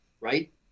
right